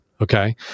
Okay